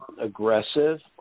aggressive